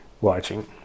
watching